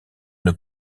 une